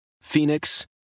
Phoenix